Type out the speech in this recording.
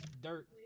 dirt